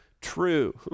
true